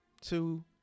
two